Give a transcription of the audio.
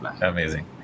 Amazing